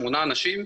שמונה אנשים,